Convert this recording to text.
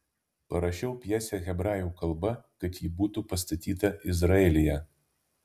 parašiau pjesę hebrajų kalba kad ji būtų pastatyta izraelyje